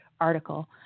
article